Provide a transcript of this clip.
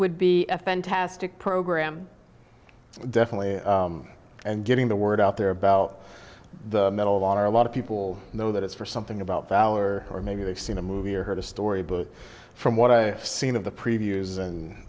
would be a fantastic program definitely and getting the word out there about the medal of honor a lot of people know that it's for something about valor or maybe they've seen a movie or heard a story but from what i've seen of the previews and